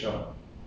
ya